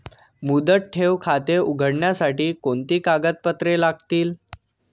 मुदत ठेव खाते उघडण्यासाठी कोणती कागदपत्रे लागतील?